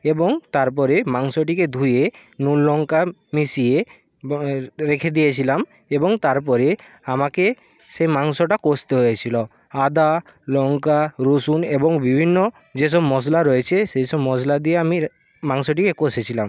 এবং তারপরে মাংসটিকে ধুয়ে নুন লঙ্কা মিশিয়ে রেখে দিয়েছিলাম এবং তারপরে আমাকে সেই মাংসটা কষতে হয়েছিল আদা লঙ্কা রসুন এবং বিভিন্ন যে সব মশলা রয়েছে সেই সব মশলা দিয়ে আমি মাংসটিকে কষেছিলাম